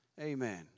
Amen